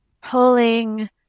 pulling